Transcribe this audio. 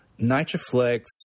NitroFlex